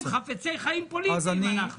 אם חפצי חיים פוליטיים אנחנו.